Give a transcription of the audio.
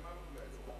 גמרנו להיום.